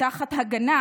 תחת הגנה,